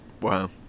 Wow